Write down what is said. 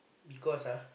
because ah